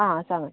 आं सांगात